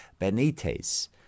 Benitez